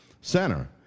center